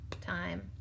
time